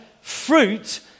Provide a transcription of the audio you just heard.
fruit